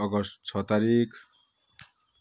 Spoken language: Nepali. अगस्त छ तारिक